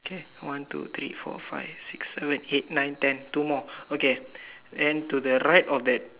okay one two three four five six seven eight nine ten two more okay then to the right of that